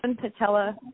patella